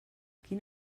quin